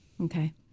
Okay